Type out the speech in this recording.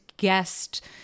guest